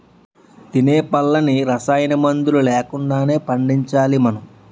తినే పళ్ళన్నీ రసాయనమందులు లేకుండానే పండించాలి మనం